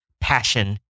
passion